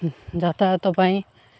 ଯାତାୟାତ ପାଇଁ